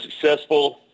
successful